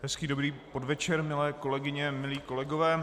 Hezký dobrý podvečer, milé kolegyně, milí kolegové.